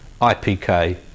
IPK